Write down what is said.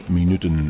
minuten